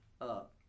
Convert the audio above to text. up